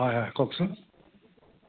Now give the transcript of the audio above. হয় হয় কওঁকচোন